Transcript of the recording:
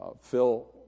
Phil